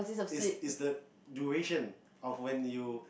is is the duration of when you